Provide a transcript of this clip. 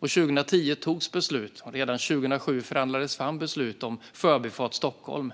År 2010 fattades beslut, och redan 2007 förhandlades beslut fram, om Förbifart Stockholm.